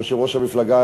יושב-ראש המפלגה,